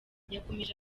yakomeje